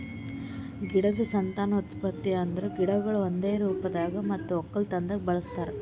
ಗಿಡದ್ ಸಂತಾನೋತ್ಪತ್ತಿ ಅಂದುರ್ ಗಿಡಗೊಳಿಗ್ ಒಂದೆ ರೂಪದಾಗ್ ಮತ್ತ ಒಕ್ಕಲತನದಾಗ್ ಬಳಸ್ತಾರ್